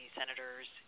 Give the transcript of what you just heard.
senators